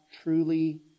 truly